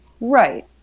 right